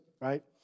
right